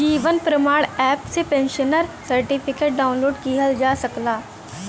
जीवन Pramaan app से pensioner certificate download किहल जा सकला